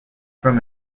from